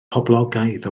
poblogaidd